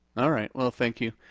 all right, well thank you.